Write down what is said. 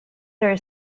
are